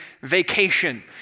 vacation